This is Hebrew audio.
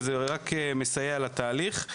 וזה רק מסייע לתהליך.